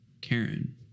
Karen